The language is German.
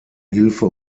hilfe